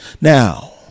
Now